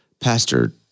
Pastor